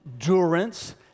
endurance